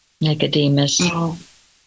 Nicodemus